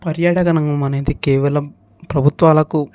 పర్యాటక రంగం అనేది కేవలం ప్రభుత్వాలకు